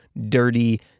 dirty